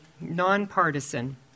nonpartisan